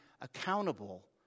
accountable